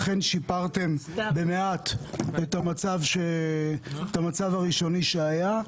אכן שיפרתם במעט את המצב הראשוני שהיה.